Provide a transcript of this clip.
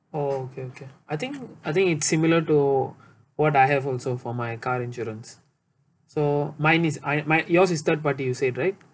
oh okay okay I think I think it's similar to what I have also for my car insurance so mine is I my yours is third party you said right